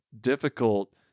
difficult